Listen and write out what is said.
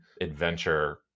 adventure